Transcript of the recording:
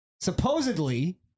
Supposedly